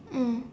mm